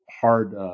hard